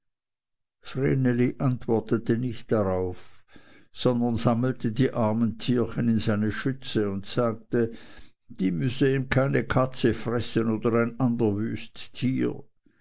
antwortete nicht darauf sondern sammelte die armen tierchen in seine schürze und sagte die müsse ihm keine katze fressen oder ein ander wüst